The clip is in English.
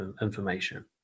information